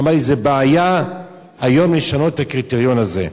והוא אמר לי: זו בעיה היום לשנות את הקריטריון הזה.